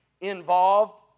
involved